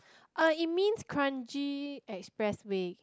uh it means Kranji expressway